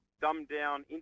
dumbed-down